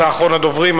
אתה אחרון הדוברים.